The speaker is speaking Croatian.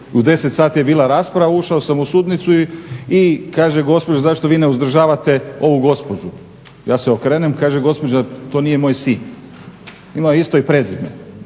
u 10 sati je bila rasprava, ušao sam u sudnicu i kaže gospođa zašto vi ne uzdržavate ovu gospođu. Ja se okrenem, kaže gospođa to nije moj sin. Ima isto ime i prezime.